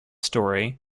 story